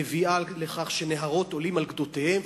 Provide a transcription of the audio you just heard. מביאה לכך שנהרות עולים על גדותיהם,